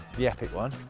yeah, pick one.